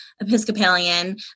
Episcopalian